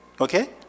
okay